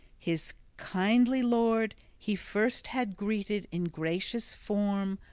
his kindly lord he first had greeted in gracious form,